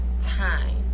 time